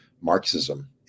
Marxism